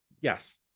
yes